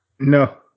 No